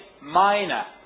minor